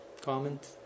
Comment